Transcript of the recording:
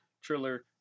Triller